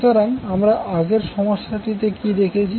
সুতরাং আমরা আগের সমস্যাটিতে কি দেখেছি